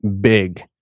big